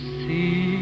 see